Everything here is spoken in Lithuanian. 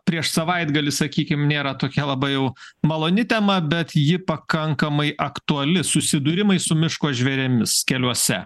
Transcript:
prieš savaitgalį sakykim nėra tokia labai jau maloni tema bet ji pakankamai aktuali susidūrimai su miško žvėrimis keliuose